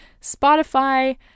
Spotify